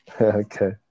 Okay